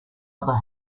other